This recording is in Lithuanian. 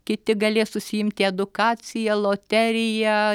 kiti galės užsiimti edukacija loterija